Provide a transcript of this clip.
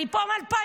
אני פה מ-2015,